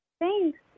Thanks